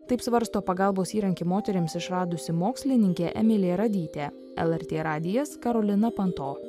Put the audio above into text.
taip svarsto pagalbos įrankį moterims išradusi mokslininkė emilyja radytė lrt radijas karolina panto